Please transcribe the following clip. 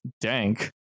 dank